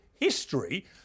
history